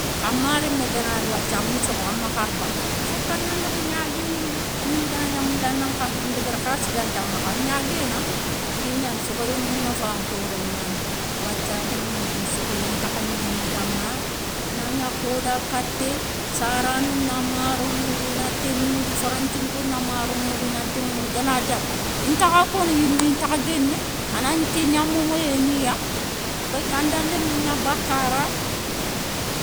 Kha ma rémmé gana ri wathia a ma sokho, a ma hari bané foka nan daga gnagué yima, a gnimé gana gna moula a na ŋadiou ndébéri khalssi ganta makha a gnagué na. Ké gnani sokhoyé mounafa nkhoré gnani, wathia lémounou nkou sokhoyé ntakha liŋin daŋa, i na gna khoda katé sarano na maro mourou i na té mourou, faranthinko na maro mourou ina té mourou gana dala intakha kono yimé intakha guémé, a nagni kégna momoyé niya peki anda limé gna bakara.